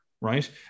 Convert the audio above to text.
Right